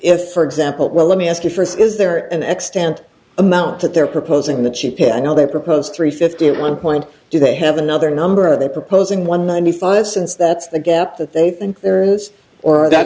if for example well let me ask you first is there an extant amount that they're proposing the cheapie i know they proposed three fifty one point do they have another number they're proposing one ninety five cents that's the gap that they think there is or that